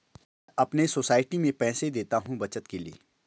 मैं अपने सोसाइटी में पैसे देता हूं बचत के लिए